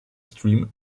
stream